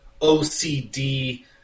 OCD